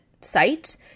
site